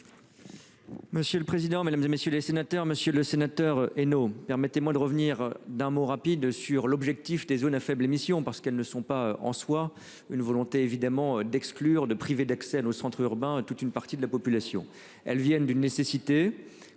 Monsieur le président, Mesdames, et messieurs les sénateurs, Monsieur le Sénateur. Et permettez-moi de revenir d'un mot rapide sur l'objectif des zones à faibles émissions parce qu'elles ne sont pas en soi une volonté évidemment d'exclure de priver d'accès à nos centres urbains toute une partie de la population. Elles viennent d'une nécessité